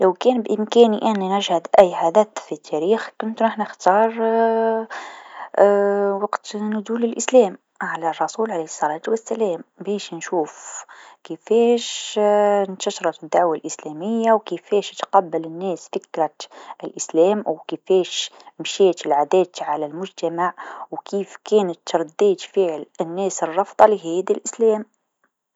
لو كان بإمكاني أني نشهد أي حدث في التاريخ كنت راح نختار وقت نزول الإسلام على الرسول عليه الصلاة و السلام باش نشوف كيفاش إنتشرت الدعوه الإسلاميه و كيفاش تقبل الناس فكرة الإسلام أو كيفاش مشات العادات على المجتمع و كيف كانت ردة فعل الناس الرافضه لهاذي الإسلام.